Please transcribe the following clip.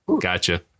Gotcha